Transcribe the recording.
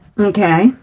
Okay